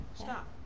stop